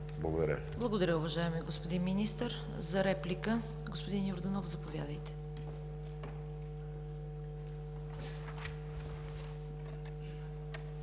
КАРАЯНЧЕВА: Благодаря, уважаеми господин Министър. За реплика, господин Младенов, заповядайте.